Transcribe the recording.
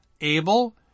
Abel